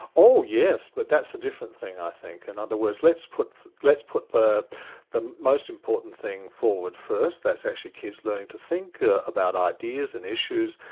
oh yes, but that's a different thing i think. in and other words, let's put let's put the the most important thing forward first, that's actually kids learning to think about ideas and issues,